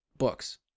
Books